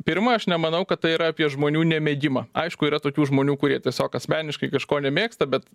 pirma aš nemanau kad tai yra apie žmonių nemėgimą aišku yra tokių žmonių kurie tiesiog asmeniškai kažko nemėgsta bet